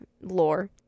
lore